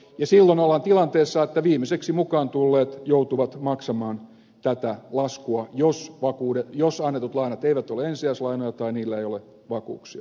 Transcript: ja silloin ollaan tilanteessa että viimeiseksi mukaan tulleet joutuvat maksamaan tätä laskua jos annetut lainat eivät ole ensisijaislainoja tai niillä ei ole vakuuksia